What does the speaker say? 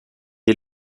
est